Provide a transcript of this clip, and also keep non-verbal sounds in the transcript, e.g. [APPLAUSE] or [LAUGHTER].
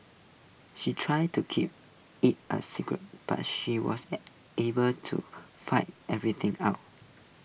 she tried to keep IT A secret but she was [UNINTELLIGIBLE] able to fight everything out